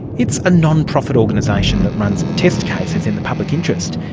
it's a non-profit organisation that runs test cases in the public interest,